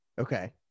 Okay